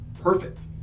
perfect